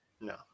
no